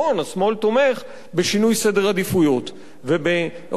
השמאל תומך בשינוי סדר העדיפויות ובהוצאת